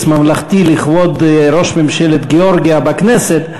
ממלכתי לכבוד ראש ממשלת גאורגיה בכנסת.